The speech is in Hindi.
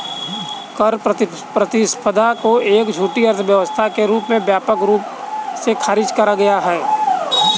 कर प्रतिस्पर्धा को एक झूठी अर्थव्यवस्था के रूप में व्यापक रूप से खारिज करा गया है